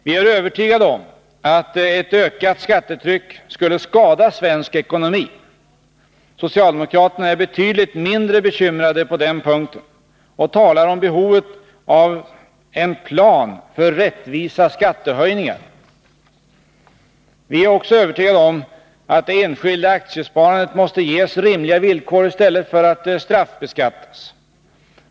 Vi är övertygade om att ett ökat skattetryck skulle skada svensk ekonomi. Socialdemokraterna är betydligt mindre bekymrade på den punkten och talar om behovet av en ”plan för rättvisa skattehöjningar”. Vi är också övertygade om att det enskilda aktiesparandet måste ges rimliga villkor i stället för att straffbeskattas.